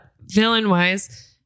villain-wise